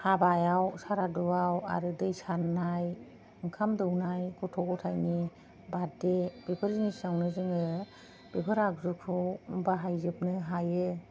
हाबायाव सारादुआव आरो दै सारनाय ओंखाम दौनाय गथ' गथायनि बार्ददे बेफोरनि सायाव जोङो बेफोर आगजुखौ बाहाय जोबनो हायो